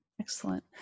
Excellent